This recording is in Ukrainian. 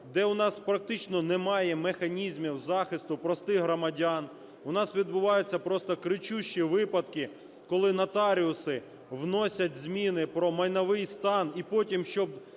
де у нас практично немає механізмів захисту простих громадян. У нас відбуваються просто кричущі випадки, коли нотаріуси вносять зміни про майновий стан і потім, щоб